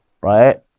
right